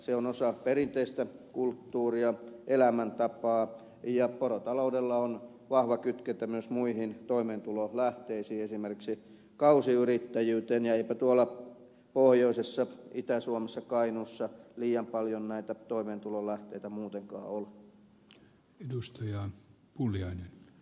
se on osa perinteistä kulttuuria elämäntapaa ja porotaloudella on vahva kytkentä myös muihin toimeentulolähteisiin esimerkiksi kausiyrittäjyyteen ja eipä tuolla pohjoisessa itä suomessa kainuussa liian paljon näitä toimeentulon lähteitä muutenkaan ole